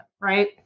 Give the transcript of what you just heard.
right